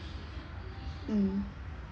mm